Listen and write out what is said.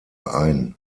ein